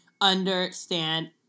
understand